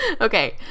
okay